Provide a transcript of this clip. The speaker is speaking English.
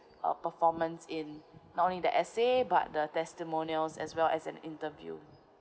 uh performance in not only the assay but the testimonials as well as an interview